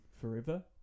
forever